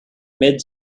mid